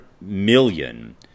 million